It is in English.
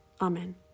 Amen